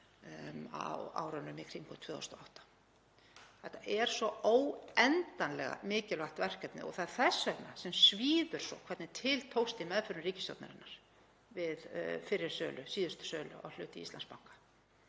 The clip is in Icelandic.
á árunum í kringum 2008. Þetta er svo óendanlega mikilvægt verkefni og það er þess vegna sem svíður svo hvernig til tókst í meðförum ríkisstjórnarinnar við fyrri sölu, síðustu sölu á hlut í Íslandsbanka;